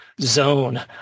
zone